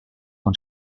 von